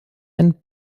ein